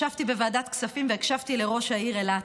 ישבתי בוועדת הכספים והקשבתי לראש העיר אילת,